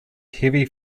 heavy